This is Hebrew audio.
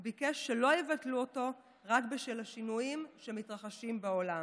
הוא ביקש שלא יבטלו אותו רק בשל השינויים שמתרחשים בעולם.